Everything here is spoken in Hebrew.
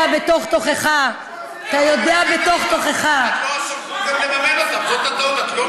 את לא מממנת אותם, זאת הטעות.